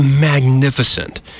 Magnificent